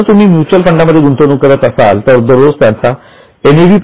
जर तुम्ही म्युच्युअल फंडांमध्ये गुंतवणूक करत असाल तर दररोज त्यांचा एन